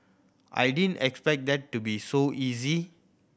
I didn't expect that to be so easy